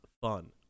fun